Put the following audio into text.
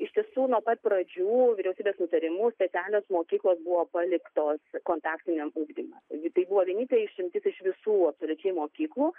iš tiesų nuo pat pradžių vyriausybės nutarimu specialios mokyklos buvo paliktos kontaktiniam ugdyme tai buvo vienintelė išimtis iš visų absoliučiai mokyklų